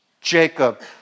Jacob